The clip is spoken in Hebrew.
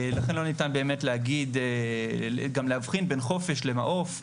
לכן לא ניתן להבחין בין חופש למעוף,